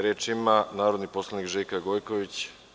Reč ima narodni poslanik Žika Gojković.